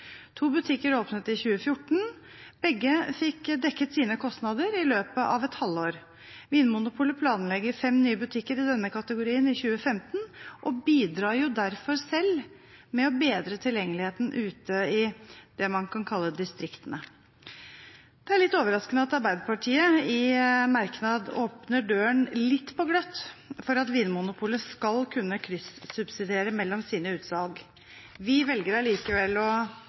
To butikker åpnet i 2014, begge fikk dekket sine kostnader i løpet av et halvt år. Vinmonopolet planlegger fem nye butikker i denne kategorien i 2015 – og bidrar derfor selv med å bedre tilgjengeligheten ute i – det man kan kalle – distriktene. Det er litt overraskende at Arbeiderpartiet i merknad åpner døren litt på gløtt for at Vinmonopolet skal kunne kryssubsidiere mellom sine utsalg. Vi velger allikevel å